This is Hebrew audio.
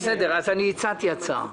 הצעתי הצעה,